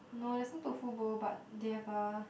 no there's no tofu bowl but they have a